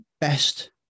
best